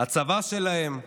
הצבא שלהם,